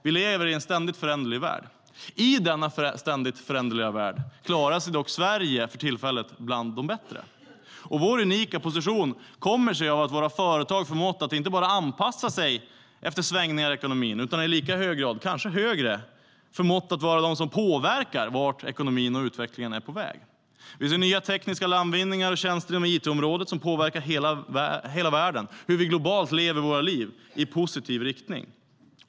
Vi lever i en ständigt föränderlig värld.I denna ständigt föränderliga värld klarar sig dock Sverige för tillfället bättre. Sveriges unika position kommer sig av att våra företag förmått inte bara att anpassa sig efter svängningar i ekonomin utan i lika hög grad, kanske högre, förmått vara de som påverkar vart ekonomin och utvecklingen är på väg. Vi ser nya tekniska landvinningar och tjänster inom it-området som påverkar hela världen, hur vi globalt lever våra liv, i positiv riktning.